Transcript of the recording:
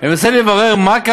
כל מה שאתם מפחידים אותנו,